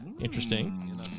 Interesting